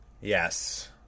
yes